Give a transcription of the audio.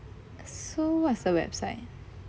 so what's the website